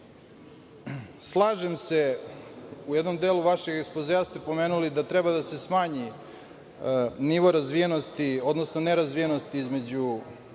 se u jednom delu vašeg ekspozea, pomenuli ste da treba da se smanji nivo razvijenosti, odnosno nerazvijenosti između